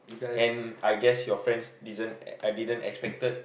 and I guess your friends didn't uh didn't expected